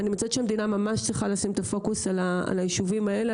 אני מוצאת שהמדינה ממש צריכה לשים את הפוקוס על היישובים האלה,